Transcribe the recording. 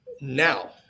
Now